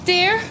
Dear